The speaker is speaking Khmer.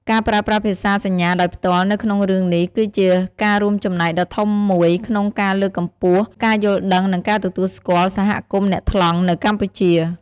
ការប្រើប្រាស់ភាសាសញ្ញាដោយផ្ទាល់នៅក្នុងរឿងនេះ គឺជាការរួមចំណែកដ៏ធំមួយក្នុងការលើកកម្ពស់ ការយល់ដឹង និងការទទួលស្គាល់សហគមន៍អ្នកថ្លង់ នៅកម្ពុជា ។